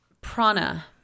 prana